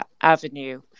avenue